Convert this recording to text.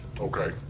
Okay